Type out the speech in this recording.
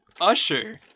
Usher